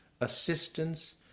assistance